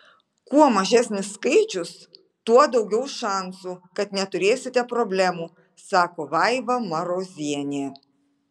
kuo mažesnis skaičius tuo daugiau šansų kad neturėsite problemų sako vaiva marozienė